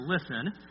listen